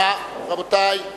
רבותי,